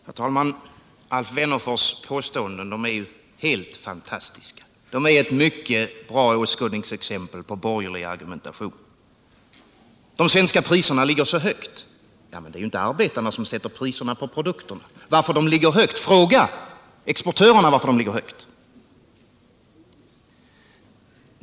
Herr talman! Alf Wennerfors påståenden är helt fantastiska. De utgör ett mycket bra åskådningsexempel på borgerlig argumentation. De svenska priserna ligger högt. Ja, men det är väl inte arbetarna som sätter priset på produkterna. Fråga exportörerna varför de ligger för högt.